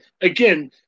again